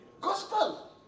Gospel